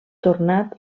tornat